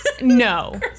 no